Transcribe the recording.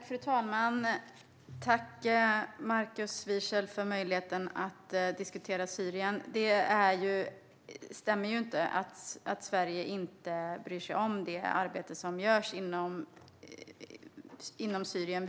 Fru talman! Tack för möjligheten att diskutera Syrien, Markus Wiechel! Det stämmer inte att Sverige inte bryr sig om det arbete som görs inne i Syrien.